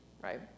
right